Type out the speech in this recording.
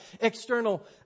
external